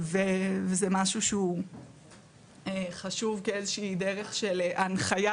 וזה משהו שהוא חשוב כשאיזה שהיא דרך של הנחייה,